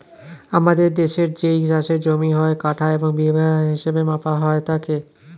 আমাদের দেশের যেই চাষের জমি হয়, কাঠা এবং বিঘা হিসেবে মাপা হয় তাকে